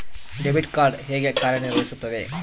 Debit card ಹೇಗೆ ಕಾರ್ಯನಿರ್ವಹಿಸುತ್ತದೆ?